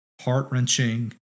heart-wrenching